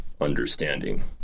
understanding